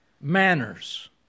Manners